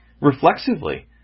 reflexively